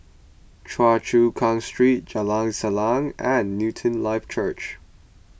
Choa Chu Kang Street Jalan Salang and Newton Life Church